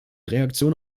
reaktionen